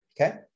Okay